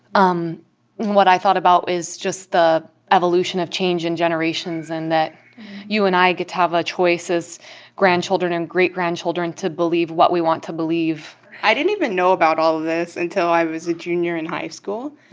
um what i thought about is just the evolution of change in generations and that you and i get to have a choice as grandchildren and great-grandchildren to believe what we want to believe i didn't even know about all of this until i was a junior in high school.